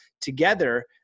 together